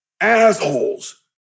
Assholes